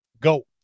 go